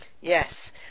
yes